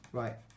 right